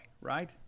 right